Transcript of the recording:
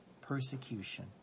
persecution